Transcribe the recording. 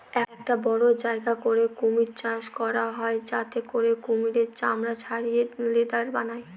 একটা বড়ো জায়গা করে কুমির চাষ করা হয় যাতে করে কুমিরের চামড়া ছাড়িয়ে লেদার বানায়